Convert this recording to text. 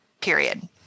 period